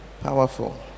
Powerful